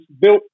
built